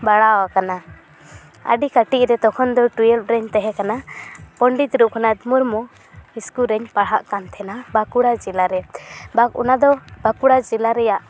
ᱵᱟᱲᱟ ᱟᱠᱟᱱᱟ ᱟᱹᱰᱤ ᱠᱟᱹᱴᱤᱡ ᱨᱮ ᱛᱚᱠᱷᱚᱱ ᱫᱚ ᱴᱩᱭᱮᱞᱵ ᱨᱤᱧ ᱛᱟᱦᱮᱸ ᱠᱟᱱᱟ ᱯᱚᱸᱰᱤᱛ ᱨᱟᱹᱜᱷᱩᱱᱟᱛᱷ ᱢᱩᱨᱢᱩ ᱥᱠᱩᱞ ᱨᱮᱧ ᱯᱟᱲᱦᱟᱜ ᱠᱟᱱ ᱛᱟᱦᱮᱱᱟ ᱵᱟᱸᱠᱩᱲᱟ ᱡᱮᱞᱟ ᱨᱮ ᱵᱟᱝ ᱚᱱᱟᱫᱚ ᱵᱟᱸᱠᱩᱲᱟ ᱡᱮᱞᱟ ᱨᱮᱭᱟᱜ